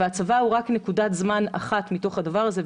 והצבא הוא רק נקודת זמן אחת מתוך הדבר הזה.